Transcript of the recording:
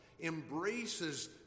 embraces